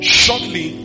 shortly